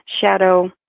shadow